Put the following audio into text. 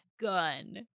gun